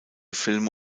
filme